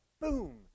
boom